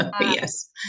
Yes